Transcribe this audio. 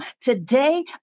today